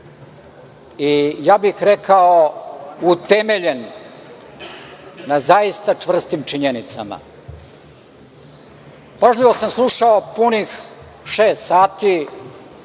i ja bih rekao utemeljen na zaista čvrstim činjenicama. Pažljivo sam slušao šest sati.